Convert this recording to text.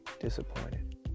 disappointed